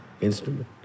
instrument